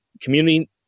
Community